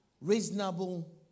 reasonable